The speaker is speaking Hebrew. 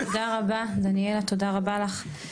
תודה רבה דניאלה, תודה רבה לך.